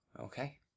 Okay